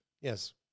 Yes